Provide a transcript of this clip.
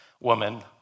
Woman